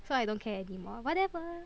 so I don't care anymore whatever